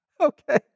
Okay